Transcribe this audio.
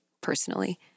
personally